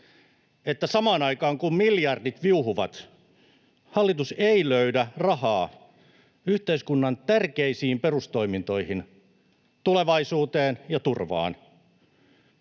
että samaan aikaan kun miljardit viuhuvat, hallitus ei löydä rahaa yhteiskunnan tärkeisiin perustoimintoihin, tulevaisuuteen ja turvaan.